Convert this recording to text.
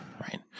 Right